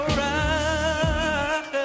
right